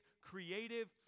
creative